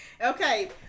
Okay